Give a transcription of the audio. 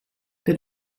der